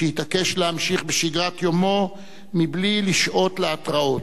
שהתעקש להמשיך בשגרת יומו מבלי לשעות להתרעות.